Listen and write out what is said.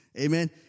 Amen